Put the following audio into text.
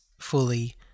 fully